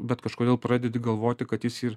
bet kažkodėl pradedi galvoti kad jis ir